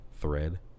thread